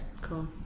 Cool